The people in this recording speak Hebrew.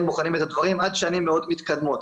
בוחנים את הדברים עד שנים מאוד מתקדמות,